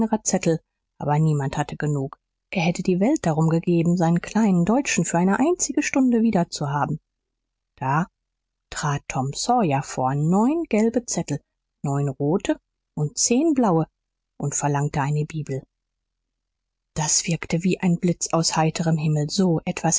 zettel aber niemand hatte genug er hätte die welt darum gegeben seinen kleinen deutschen für eine einzige stunde wiederzuhaben da trat tom sawyer vor neun gelbe zettel neun rote und zehn blaue und verlangte eine bibel das wirkte wie ein blitz aus heiterm himmel so etwas